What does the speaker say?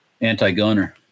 anti-gunner